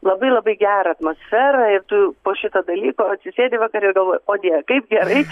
labai labai gerą atmosferą ir tu po šito dalyko atsisėdi vakare ir galvoji o dieve gerai